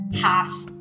half